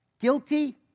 Guilty